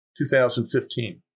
2015